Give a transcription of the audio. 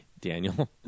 Daniel